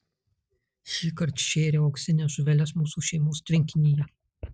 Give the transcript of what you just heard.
šįkart šėriau auksines žuveles mūsų šeimos tvenkinyje